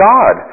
God